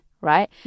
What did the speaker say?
right